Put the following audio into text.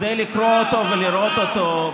לקרוא אותו ולראות אותו.